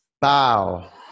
Bow